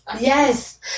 yes